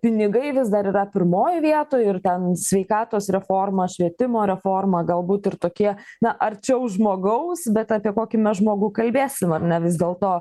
pinigai vis dar yra pirmoj vietoj ir ten sveikatos reforma švietimo reforma galbūt ir tokie na arčiau žmogaus bet apie kokį žmogų kalbėsim ar ne vis dėlto